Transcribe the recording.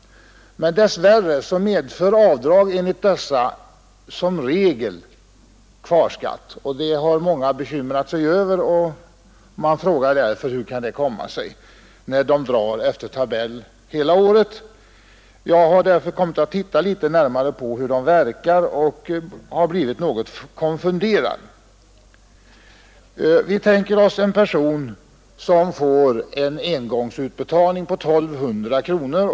Dess värre medför avdrag enligt dessa som regel kvarskatt. Det har många bekymrat sig över och undrat hur det kan komma sig, när man drar efter tabell hela året. Jag har därför kommit att titta litet närmare på hur tabellen verkar, och jag har blivit något konfunderad. Vi tänker oss en person som får en engångsutbetalning på 1 200 kronor.